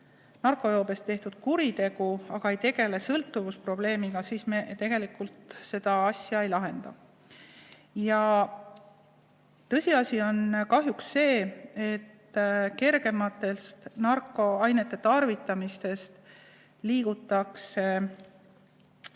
narkojoobes tehtud kuriteo eest, aga ei tegele sõltuvusprobleemiga, siis me tegelikult seda asja ei lahenda. Ja tõsiasi on kahjuks see, et kergemate narkoainete tarvitamisest liigutakse